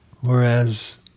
Whereas